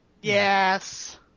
Yes